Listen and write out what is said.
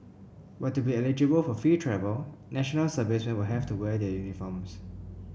but to be eligible for free travel National Serviceman will have to wear their uniforms